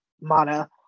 Mana